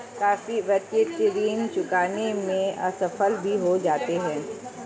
काफी व्यक्ति ऋण चुकाने में असफल भी हो जाते हैं